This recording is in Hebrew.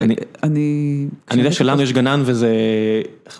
אני... אני... אני יודע שלנו יש גנן, וזה...